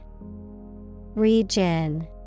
Region